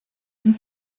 and